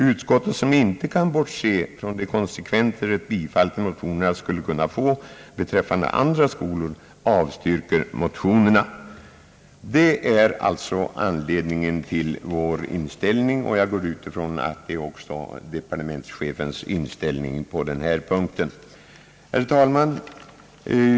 »Utskottet som inte kan bortse från de konsekvenser ett bifall till motionerna skulle kunna få beträffande andra skolor avstyrker motionerna.» Det är alltså anledningen till vår inställning, och jag utgår från att departementschefen har samma uppfattning på denna punkt. Herr talman!